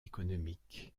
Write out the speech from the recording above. économiques